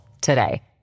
today